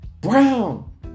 brown